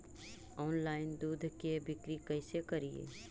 Online दुध के बिक्री कैसे करि?